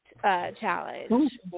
Challenge